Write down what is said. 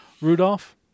Rudolph